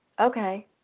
okay